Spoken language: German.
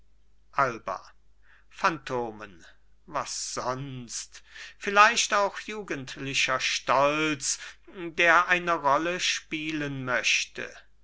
alba phantomen was sonst vielleicht auch jugendlicher stolz der eine rolle spielen möchte